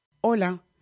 Hola